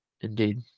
Indeed